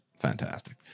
fantastic